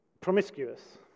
promiscuous